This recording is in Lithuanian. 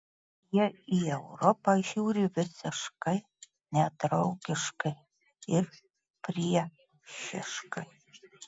jie į europą žiūri visiškai nedraugiškai ir priešiškai